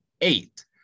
Eight